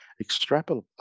extrapolate